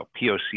POC